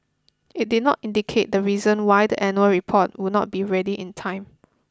it did not indicate the reason why the annual report will not be ready in time